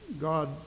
God